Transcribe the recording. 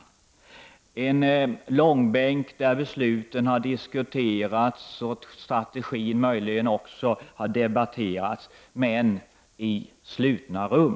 Det är en långbänk där besluten har diskuterats och möjligen också strategin har debatterats, men i så fall i slutna rum.